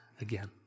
again